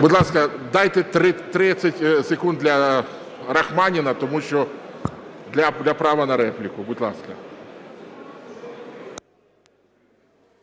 Будь ласка, дайте 30 секунд для Рахманіна. Тому що… Для права на репліку, будь ласка.